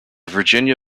virginia